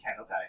Okay